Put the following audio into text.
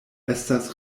estas